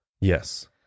Yes